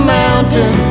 mountain